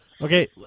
Okay